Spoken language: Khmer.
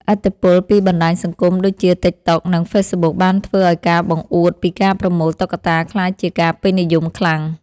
ឥទ្ធិពលពីបណ្ដាញសង្គមដូចជា ទិកតុក និងហ្វេសប៊ុក បានធ្វើឱ្យការបង្អួតពីការប្រមូលតុក្កតាក្លាយជាការពេញនិយមខ្លាំង។